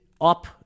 up